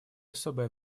особое